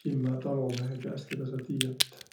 kimmä talomehe käest, kedä sa tiiät.